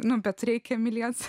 nu bet reikia mylėti